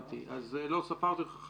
5